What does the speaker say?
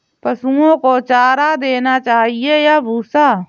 पशुओं को चारा देना चाहिए या भूसा?